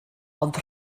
ond